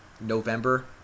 November